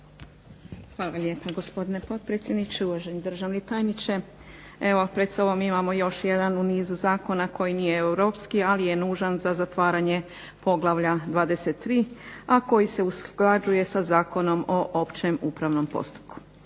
Hvala lijepo, gospodine potpredsjedniče. Uvaženi državni tajniče. Evo pred sobom imamo još jedan u nizu zakona koji nije europski, ali je nužan za zatvaranje poglavlja 23, a koji se usklađuje sa Zakonom o općem upravnom postupku.